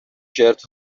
شرت